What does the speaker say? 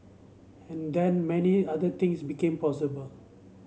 and then many other things became possible